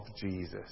Jesus